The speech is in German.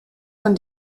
von